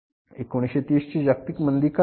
1930 ची जागतिक मंदी काय होती